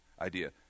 idea